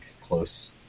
close